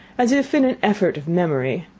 as if in an effort of memory,